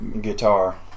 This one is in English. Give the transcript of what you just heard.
Guitar